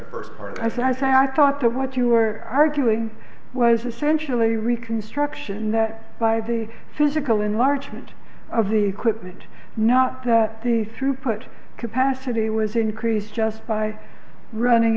t first part as i say i thought to what you were arguing was essentially reconstruction that by the physical enlargement of the equipment now that the throughput capacity was increased just by running